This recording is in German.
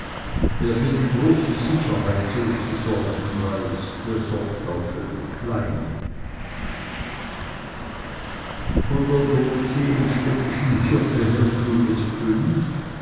wer für die große sicherheit so zu sorgen weiß der sorgt auch für die kleine von der dorotheenstädtischen kirche her schlug es fünf